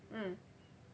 mm